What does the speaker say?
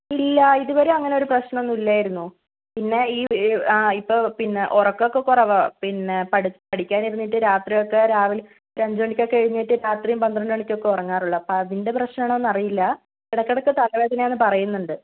ഇല്ല ഇതുവരെ അങ്ങനെ ഒരു പ്രശ്നം ഒന്നും ഇല്ലായിരുന്നു പിന്നെ ഈ ഇപ്പം പിന്നെ ഉറക്കം ഒക്കെ കുറവാണ് പിന്നെ പഠി പഠിക്കാന് ഇരുന്നിട്ട് രാത്രിയൊക്കെ രാവിലെ ഒരു അഞ്ച് മണിക്ക് ഒക്കെ എഴുന്നേറ്റ് രാത്രി പന്ത്രണ്ട് മണിക്കൊക്കെ ഉറങ്ങാറുള്ളൂ അപ്പോൾ അതിന്റെ പ്രശ്നം ആണോ എന്നറിയില്ല ഇടയ്ക്ക് ഇടയ്ക്ക് തലവേദന ആണെന്ന് പറയുന്നുണ്ട്